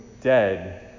dead